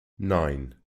nine